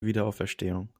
wiederauferstehung